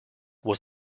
was